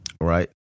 right